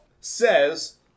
says